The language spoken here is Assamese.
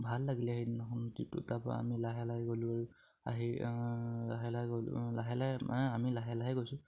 ভাল লাগিলে সেইদিনাখন টিপ তাৰপা আমি লাহে লাহে গ'লোঁ আৰু আহি লাহে লাহে গ'লো লাহে লাহে মানে আমি লাহে লাহে গৈছোঁ